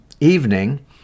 evening